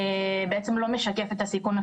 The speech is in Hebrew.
זה גם משהו שחשוב מאוד שהאוכלוסייה הזאת תדע.